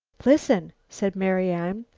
listen! said marian.